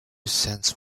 cents